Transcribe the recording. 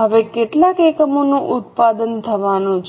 હવે કેટલા એકમોનું ઉત્પાદન થવાનું છે